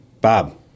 Bob